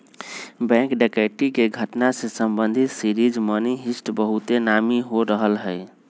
bank डकैती के घटना से संबंधित सीरीज मनी हीस्ट बहुते नामी हो रहल हइ